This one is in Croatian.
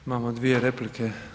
Imamo dvije replike.